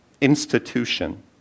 institution